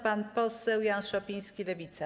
Pan poseł Jan Szopiński, Lewica.